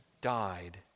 died